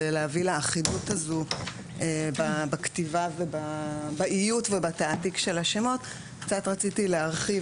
להביא לאחידות הזו בכתיבה ובאיות ובתעתיק של השמות קצת רציתי להרחיב